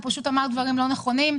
הוא פשוט אמר דברים לא נכונים.